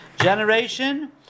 generation